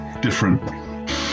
different